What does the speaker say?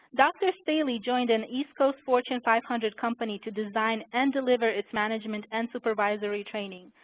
dr. staley joined an east coast fortune five hundred company to design and deliver its management and supervisory training.